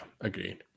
Agreed